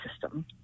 system